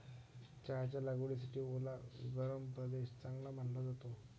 चहाच्या लागवडीसाठी ओला गरम प्रदेश चांगला मानला जातो